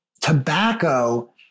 tobacco